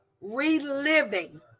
reliving